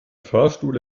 fahrstuhl